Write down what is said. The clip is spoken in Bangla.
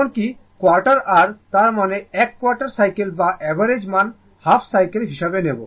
এমনকি কোয়ার্টার r তার মানে এক কোয়ার্টার সাইকেল বা অ্যাভারেজ মান হাফ সাইকেল হিসাবে নেবে